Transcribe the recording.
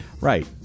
Right